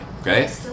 okay